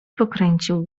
pokręcił